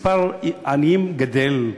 מספר העניים גדל.